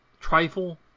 trifle